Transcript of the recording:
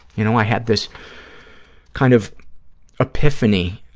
you know, i had this kind of epiphany,